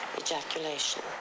ejaculation